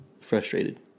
frustrated